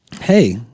Hey